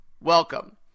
Welcome